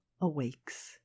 awakes